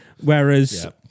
Whereas